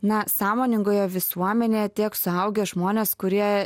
na sąmoningoje visuomenėje tiek suaugę žmonės kurie